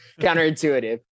counterintuitive